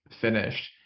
finished